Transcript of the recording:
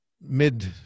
mid